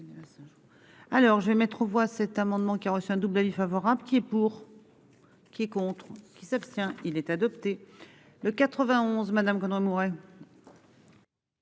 Alors je vais mettre aux voix cet amendement qui a reçu un double avis favorable qui est pour. Qui est contre qui s'abstient il est adopté le 91 madame Gonod mourait.